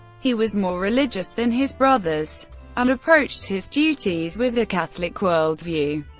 he was more religious than his brothers and approached his duties with a catholic worldview.